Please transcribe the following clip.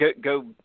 go